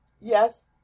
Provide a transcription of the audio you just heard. yes